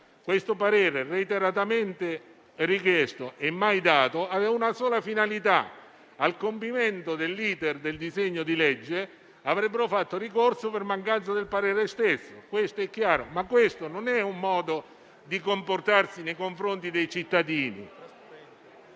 il parere, reiteratamente richiesto e mai dato, aveva una sola finalità: al compimento dell'*iter* del disegno si sarebbe fatto ricorso per mancanza del parere stesso. Questo, però, non è un modo di comportarsi nei confronti dei cittadini.